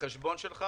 לחשבון שלך